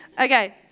Okay